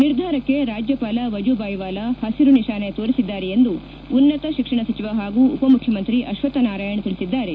ನಿರ್ಧಾರಕ್ಕೆ ರಾಜ್ಯಪಾಲ ವಜೂಬಾಯಿ ವಾಲಾ ಪಸಿರು ನಿಶಾನೆ ತೋರಿಸಿದ್ದಾರೆ ಎಂದು ಉನ್ನತ ಶಿಕ್ಷಣ ಸಚಿವ ಹಾಗೂ ಉಪ ಮುಖ್ಯಮಂತ್ರಿ ಆಶ್ವಥ್ ನಾರಾಯಣ ತಿಳಿಸಿದ್ದಾರೆ